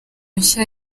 nshya